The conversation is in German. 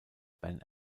ben